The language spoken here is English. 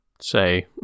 say